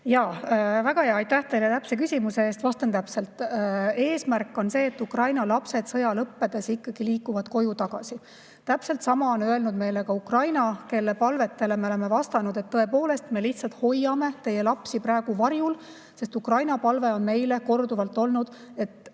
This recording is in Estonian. Väga hea, aitäh teile täpse küsimuse eest! Vastan täpselt. Eesmärk on see, et Ukraina lapsed sõja lõppedes liiguvad koju tagasi. Täpselt sama on öelnud meile ka Ukraina, kelle palvetele me oleme vastanud, et tõepoolest me lihtsalt hoiame teie lapsi praegu varjul. Ukraina palve meile on korduvalt olnud